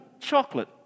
Chocolate